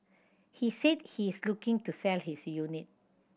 he said he is looking to sell his unit